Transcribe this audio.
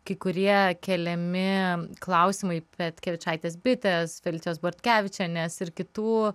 kai kurie keliami klausimai petkevičaitės bitės felicijos bortkevičienės ir kitų